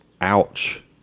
Ouch